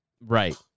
Right